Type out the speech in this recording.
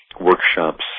workshops